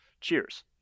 Cheers